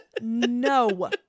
no